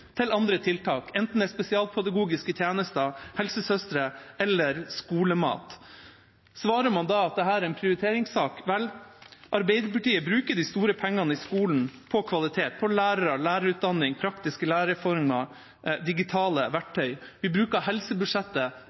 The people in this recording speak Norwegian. til andre tiltak, enten det er spesialpedagogiske tjenester, helsesøstre eller skolemat? Svaret man får da, er at dette er en prioriteringssak. Arbeiderpartiet bruker de store pengene i skolen på kvalitet, på lærere, lærerutdanning, praktiske læreformer, digitale verktøy. Vi bruker helsebudsjettet